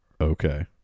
Okay